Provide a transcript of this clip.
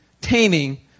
taming